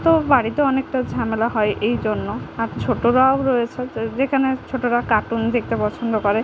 তো বাড়িতে অনেকটা ঝামেলা হয় এই জন্য আর ছোটোরাও রয়েছে তো যেখানে ছোটোরা কার্টুন দেখতে পছন্দ করে